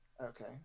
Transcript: okay